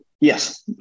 Yes